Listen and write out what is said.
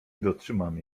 dotrzymam